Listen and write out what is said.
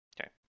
Okay